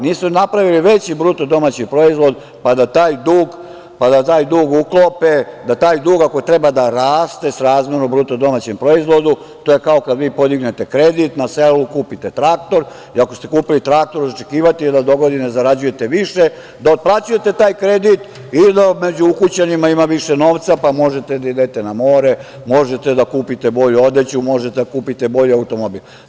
Nisu napravili veći BDP pa da taj dug uklope, da taj dug ako treba da raste srazmerno BDP, to je kao kada vi podignete kredit na selu, kupite traktor i ako ste kupili traktor za očekivati je da dogodine zarađujete više, da otplaćujete taj kredit i da među ukućanima ima više novca pa možete da idete na more, možete da kupite bolju odeću, možete da kupite bolji automobil.